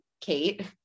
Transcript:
Kate